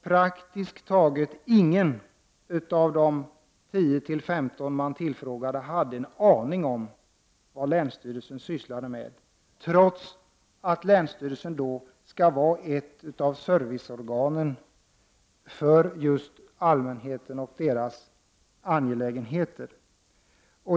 Praktiskt taget ingen av de 10-15 tillfrågade hade någon aning om vad länsstyrelserna sysslade med, trots att länsstyrelserna skall vara ett serviceorgan för just allmänheten i allmänhetens angelägenheter.